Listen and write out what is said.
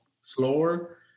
slower